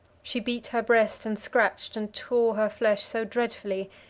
she beat her breast, and scratched and tore her flesh so dreadfully,